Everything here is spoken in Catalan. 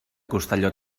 costelló